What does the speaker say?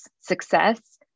success